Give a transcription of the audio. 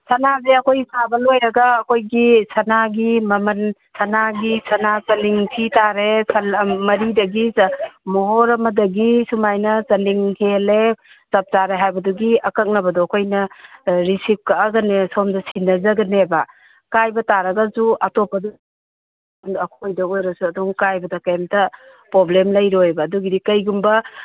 ꯁꯅꯥꯁꯦ ꯑꯩꯈꯣꯏ ꯁꯥꯕ ꯂꯣꯏꯔꯒ ꯑꯩꯈꯣꯏꯒꯤ ꯁꯅꯥꯒꯤ ꯃꯃꯟ ꯁꯅꯥꯒꯤ ꯁꯅꯥ ꯆꯅꯤꯡ ꯊꯤꯇꯔꯦ ꯁꯟ ꯃꯔꯤꯗꯒꯤ ꯃꯣꯍꯣꯔ ꯑꯃꯗꯒꯤ ꯁꯨꯃꯥꯏꯅ ꯆꯅꯤꯡ ꯍꯦꯜꯂꯦ ꯆꯞ ꯆꯥꯔꯦ ꯍꯥꯏꯕꯗꯨꯒꯤ ꯑꯀꯛꯅꯕꯗꯣ ꯔꯤꯁꯤꯞ ꯀꯛꯑꯒꯅꯦ ꯁꯣꯝꯗ ꯁꯤꯟꯅꯖꯕꯅꯦꯕ ꯀꯥꯏꯕ ꯇꯥꯔꯒꯁꯨ ꯑꯇꯣꯞꯄꯗ ꯑꯩꯈꯣꯏꯗ ꯑꯣꯏꯔꯁꯨ ꯑꯗꯨꯝ ꯀꯥꯏꯕꯗ ꯀꯩꯏꯝꯇ ꯄ꯭ꯔꯣꯕ꯭ꯂꯦꯝ ꯂꯩꯔꯣꯏꯕ ꯑꯗꯨꯒꯤꯗꯤ ꯀꯩꯒꯨꯝꯕ